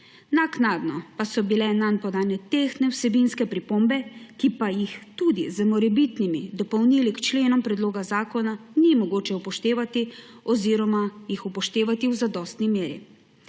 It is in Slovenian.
naknadno pa so bile nanj podane tehtne vsebinske pripombe, ki pa jih tudi z morebitnimi dopolnili k členom predloga zakona ni mogoče upoštevati oziroma jih upoštevati v zadostni meri.